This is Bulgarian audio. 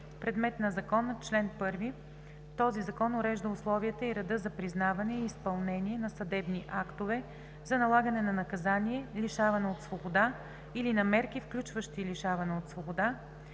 „Предмет на закона Чл. 1. Този закон урежда условията и реда за признаване и изпълнение на съдебни актове за налагане на наказание лишаване от свобода или на мерки, включващи лишаване от свобода,